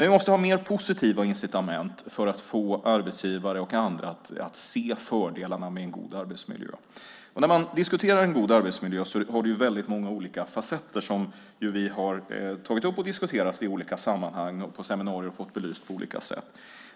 Vi måste ha mer positiva incitament för att få arbetsgivare och andra att se fördelarna med en god arbetsmiljö. När man diskuterar en god arbetsmiljö finns det väldigt många olika fasetter som vi har tagit upp och diskuterat i olika sammanhang, på seminarier, och fått belysta på olika sätt.